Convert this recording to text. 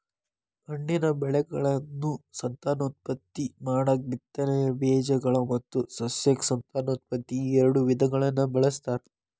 ಹಣ್ಣಿನ ಬೆಳೆಗಳನ್ನು ಸಂತಾನೋತ್ಪತ್ತಿ ಮಾಡಾಕ ಬಿತ್ತನೆಯ ಬೇಜಗಳು ಮತ್ತು ಸಸ್ಯಕ ಸಂತಾನೋತ್ಪತ್ತಿ ಈಎರಡು ವಿಧಗಳನ್ನ ಬಳಸ್ತಾರ